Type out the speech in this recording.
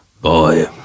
Boy